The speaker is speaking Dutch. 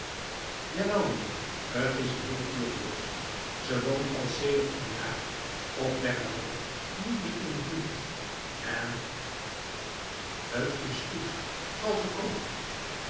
jawel mijnheer t is een heele toer geweest ze woont al sedert een jaar of derdehalf niet meer in de buurt en t is goed zal ze komen